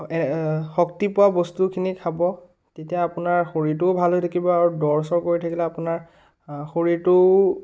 এ শক্তি পোৱা বস্তুখিনি খাব তেতিয়া আপোনাৰ শৰীৰটোও ভাল হৈ থাকিব আৰু দৌৰ চৌৰ কৰি থাকিলে আপোনাৰ শৰীৰটো